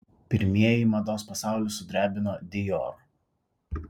pirmieji mados pasaulį sudrebino dior